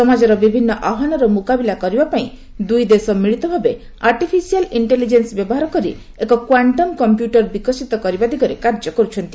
ସମାଜର ବିଭିନ୍ନ ଆହ୍ପାନର ମୁକାବିଲା କରିବା ପାଇଁ ଦୁଇଦେଶ ମିଳିତ ଭାବେ ଆର୍ଟିଫିସିଆଲ୍ ଇକ୍ଷେଲିଜେନ୍ନ ବ୍ୟବହାର କରି ଏକ କ୍ୱାଙ୍କମ କମ୍ପ୍ୟୁଟର ବିକଶିତ କରିବା ଦିଗରେ କାର୍ଯ୍ୟ କରୁଛନ୍ତି